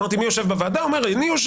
שאלתי מי יושב בוועדה והוא אמר הוא יושב,